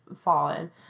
fallen